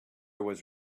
was